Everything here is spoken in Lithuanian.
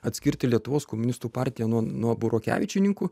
atskirti lietuvos komunistų partiją nuo nuo burokevičininkų